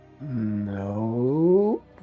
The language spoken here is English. No